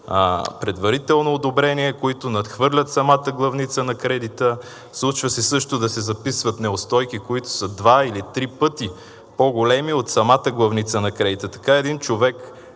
предварително одобрение, които надхвърлят самата главница на кредита. Случва се също да се записват неустойки, които са два или три пъти по-големи от самата главница на кредита. Така един човек,